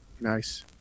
Nice